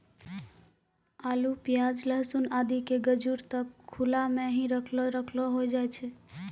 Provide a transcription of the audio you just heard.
आलू, प्याज, लहसून आदि के गजूर त खुला मॅ हीं रखलो रखलो होय जाय छै